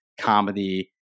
comedy